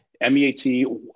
M-E-A-T